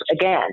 again